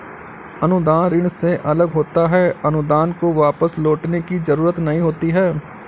अनुदान ऋण से अलग होता है अनुदान को वापस लौटने की जरुरत नहीं होती है